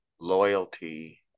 loyalty